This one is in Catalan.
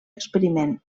experiment